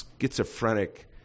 schizophrenic